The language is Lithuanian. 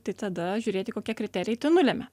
tai tada žiūrėti kokie kriterijai tai nulemia